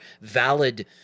valid